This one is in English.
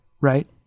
Right